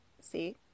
See